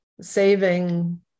saving